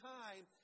time